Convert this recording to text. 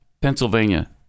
Pennsylvania